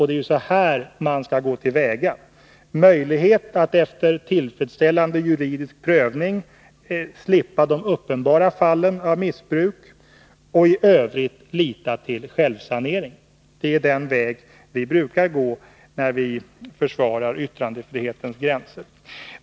Det är så man skall gå till väga, alltså skapa möjlighet att efter tillfredsställande juridisk prövning slippa de uppenbara fallen av missbruk, och i övrigt lita till självsanering. Det är också den väg vi brukar gå när vi försvarar yttrandefrihetens gränser.